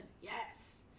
Yes